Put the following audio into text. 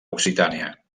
occitània